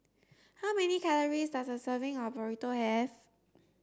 how many calories does a serving of Burrito have